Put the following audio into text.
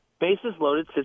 bases-loaded